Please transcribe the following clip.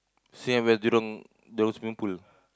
stay at where Jurong the swimming pool